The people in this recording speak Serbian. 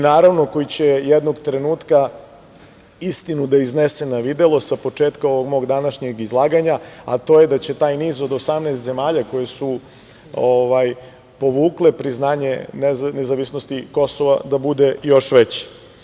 Naravno, koji će jednog trenutka istinu da iznese na videlo, sa početka ovog mog današnjeg izlaganja, a to je da će taj niz od 18 zemalja koje su povukle priznanje nezavisnosti Kosova da bude još veći.